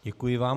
Děkuji vám.